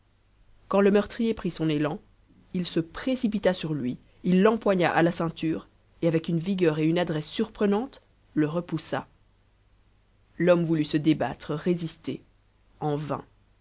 quand le meurtrier prit son élan il se précipita sur lui il l'empoigna à la ceinture et avec une vigueur et une adresse surprenantes le repoussa l'homme voulut se débattre résister en vain